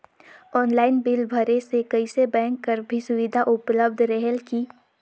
Online bill भरे से कइसे बैंक कर भी सुविधा उपलब्ध रेहेल की?